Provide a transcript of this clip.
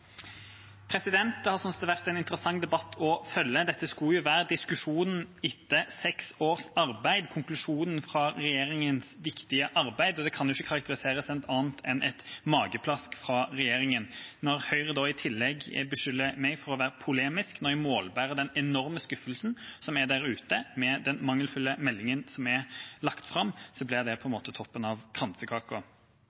Det har vært en interessant debatt å følge. Dette skulle jo være diskusjonen etter seks års arbeid, konklusjonen etter regjeringas viktige arbeid, og det kan ikke karakteriseres som noe annet enn et mageplask fra regjeringa. Når Høyre i tillegg beskylder meg for å være polemisk når jeg målbærer den enorme skuffelsen som er der ute over den mangelfulle meldinga som er lagt fram, er det på en